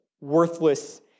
worthless